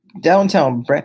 downtown